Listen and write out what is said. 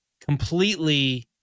completely